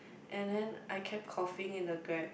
and then I kept coughing in the Grab